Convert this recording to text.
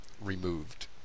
removed